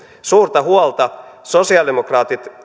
suurta huolta sosialidemokraatit